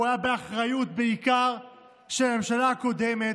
הוא בעיקר באחריות של הממשלה הקודמת,